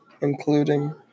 including